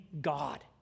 God